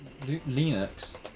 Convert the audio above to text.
Linux